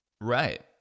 Right